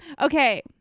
Okay